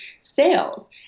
sales